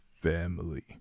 family